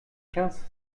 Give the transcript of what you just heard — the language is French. quinze